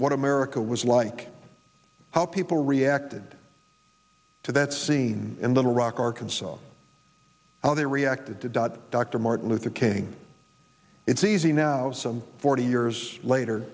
what america was like how people reacted to that scene in little rock arkansas how they reacted to dot dr martin luther king it's easy now some forty years later